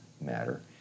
matter